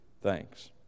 thanks